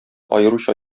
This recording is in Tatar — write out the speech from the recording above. аеруча